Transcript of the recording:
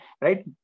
right